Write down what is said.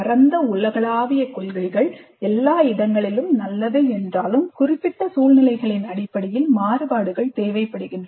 பரந்த உலகளாவிய கொள்கைகள் எல்லா இடங்களிலும் நல்லவை என்றாலும் குறிப்பிட்ட சூழ்நிலைகளின் அடிப்படையில் மாறுபாடுகள் தேவைப்படுகின்றன